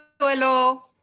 hello